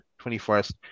21st